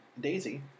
Daisy